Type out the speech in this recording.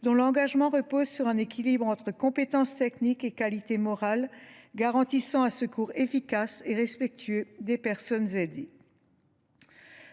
dont l’engagement repose sur un équilibre entre compétences techniques et qualités morales, garantissant un secours efficace et respectueux des personnes aidées.